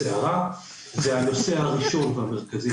נכנסתי לעין הסערה וזה הנושא הראשון והמרכזי